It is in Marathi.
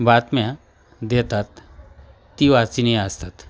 बातम्या देतात ती वाचिनीय असतात